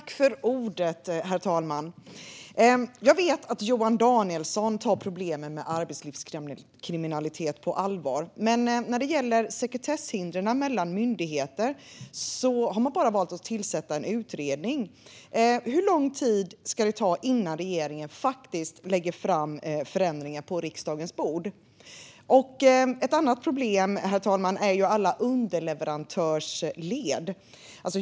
Herr talman! Jag vet att Johan Danielsson tar problemen med arbetslivskriminalitet på allvar. Men när det gäller sekretesshindren mellan myndigheter har man bara valt att tillsätta en utredning. Hur lång tid ska det ta innan regeringen lägger fram förslag om förändringar på riksdagens bord? Ett annat problem, herr talman, är alla underleverantörsled.